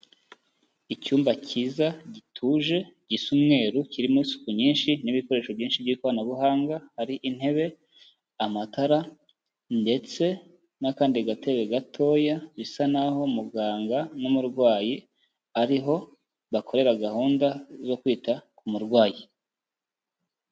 Icyumba cyiza gituje gisa umweru kirimo isuku nyinshi n'ibikoresho byinshi by'ikoranabuhanga, hari intebe, amatara ndetse n'akandi gatebe gatoya, bisa naho muganga n'umurwayi, ariho bakorera gahunda zo kwita ku murwayi.